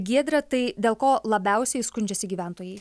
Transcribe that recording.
giedre tai dėl ko labiausiai skundžiasi gyventojai